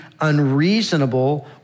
unreasonable